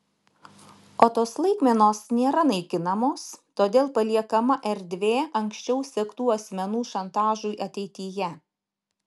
o tos laikmenos nėra naikinamos todėl paliekama erdvė anksčiau sektų asmenų šantažui ateityje